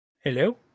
Hello